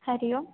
हरिः ओम्